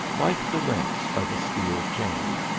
like the links of a steel chain.